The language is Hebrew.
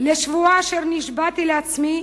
לשבועה שנשבעתי לעצמי